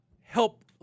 help –